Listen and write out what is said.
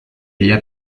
ella